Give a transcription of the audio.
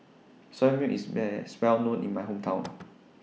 Soya Milk IS Best Well known in My Hometown